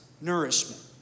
nourishment